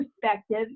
perspective